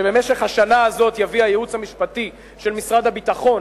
שבמשך השנה הזאת יביא הייעוץ המשפטי של משרד הביטחון